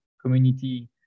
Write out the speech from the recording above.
community